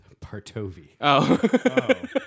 Partovi